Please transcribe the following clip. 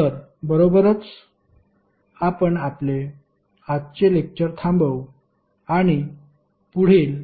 तर बरोबरच आपण आपले आजचे लेक्टर थांबवु आणि पुढील